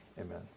amen